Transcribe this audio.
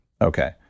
Okay